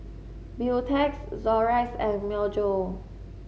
Beautex Xorex and Myojo